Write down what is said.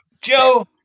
Joe